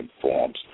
forms